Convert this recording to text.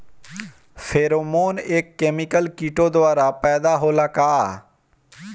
Pheromone एक chemical किटो द्वारा पैदा होला का?